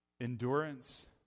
endurance